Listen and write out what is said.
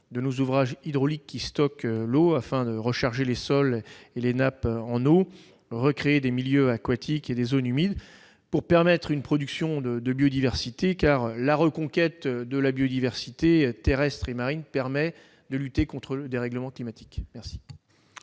de nos ouvrages hydrauliques qui stockent l'eau afin de recharger les sols et les nappes en eau, de recréer des milieux aquatiques et des zones humides qui contribuent à la production de biodiversité. En effet, la reconquête de la biodiversité terrestre et marine permet de lutter contre le dérèglement climatique. Pour